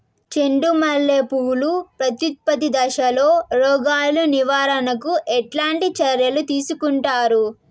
చెండు మల్లె పూలు ప్రత్యుత్పత్తి దశలో రోగాలు నివారణకు ఎట్లాంటి చర్యలు తీసుకుంటారు?